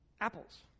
apples